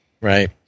Right